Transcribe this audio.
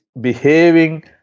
behaving